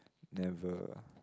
never